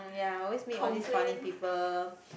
ya I always meet all these funny people